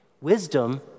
Wisdom